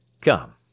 Come